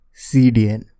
CDN